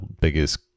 biggest